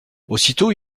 aussitôt